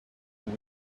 will